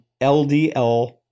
LDL